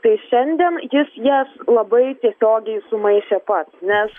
tai šiandien jis jas labai tiesiogiai sumaišė pats nes